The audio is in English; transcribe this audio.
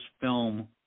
film